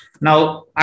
Now